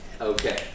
Okay